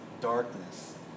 darkness